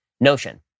notion